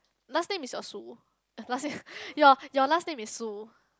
last name is a Su last name your your last name is Su